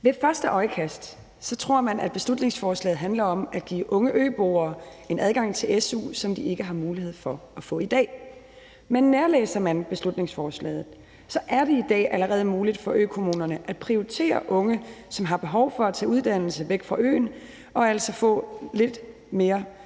Ved første øjekast tror man, at beslutningsforslaget handler om at give unge øboere en adgang til su, som de ikke har mulighed for at få i dag. Men nærlæser man beslutningsforslaget, så ser man, at det i dag allerede er muligt for økommunerne at prioritere unge, som har behov for at tage uddannelse væk fra øen og altså få lidt mere gunstige